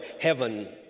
heaven